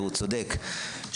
וצודק,